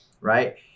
right